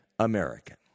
American